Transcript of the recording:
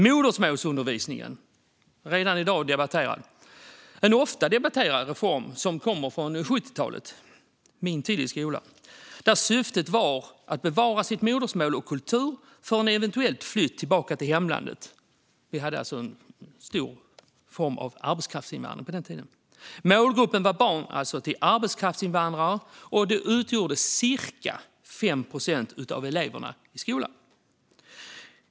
Modersmålsundervisningen är en ofta debatterad reform från 70-talet, min tid i skolan. Syftet var att bevara sitt modersmål och sin kultur för en eventuell flytt tillbaka till hemlandet. Vi hade ju stor arbetskraftsinvandring på den tiden. Målgruppen var barn till arbetskraftsinvandrare, och de utgjorde cirka 5 procent av eleverna i skolan.